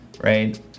right